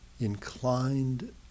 inclined